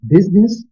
Business